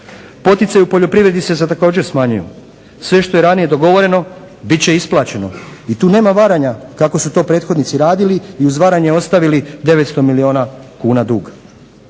Poticaji u poljoprivredi se također smanjuju. Sve što je ranije dogovoreno bit će isplaćeno i tu nema varanja kako su to prethodnici radili i uz varanje ostavili 900 milijuna kuna duga.